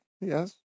yes